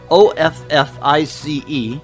office